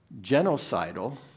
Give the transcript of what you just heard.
genocidal